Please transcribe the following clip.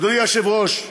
אדוני היושב-ראש,